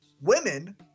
women